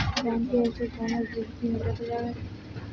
ব্যাংকে এসে কোনো বিল কি মেটানো যাবে?